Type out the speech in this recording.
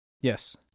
Yes